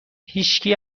هیچکی